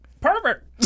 pervert